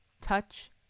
touch